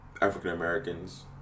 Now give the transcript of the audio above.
African-Americans